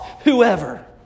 whoever